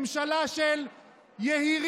ממשלה של יהירים.